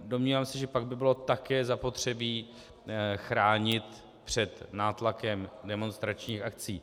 Domnívám se, že pak by bylo také zapotřebí chránit před nátlakem demonstračních akcí.